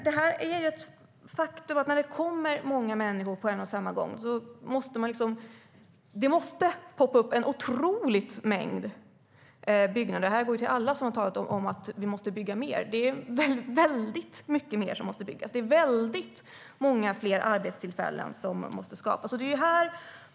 Det är ett faktum att när det kommer många människor på en och samma gång måste det poppa upp en otrolig mängd byggnader. Det här vänder sig till alla här som har talat om att vi måste bygga mer. Det är väldigt mycket mer som måste byggas, och det är väldigt många fler arbetstillfällen som måste skapas.